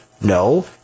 No